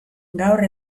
gaur